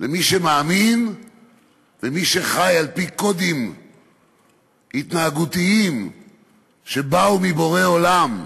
למי שמאמין ומי שחי על-פי קודים התנהגותיים שבאו מבורא עולם.